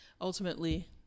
Ultimately